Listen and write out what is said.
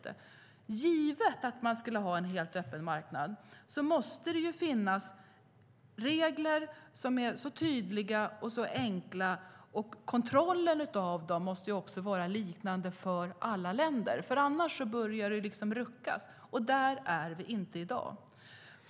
Men givet att man skulle ha en helt öppen marknad måste det finnas regler som är tydliga och enkla. Kontrollen av dem måste också vara liknande för alla länder. Annars börjar man rucka på det hela. Där är vi inte i dag.